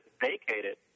vacated